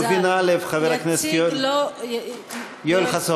לחלופין (א), חבר הכנסת יואל, יציג, יואל חסון.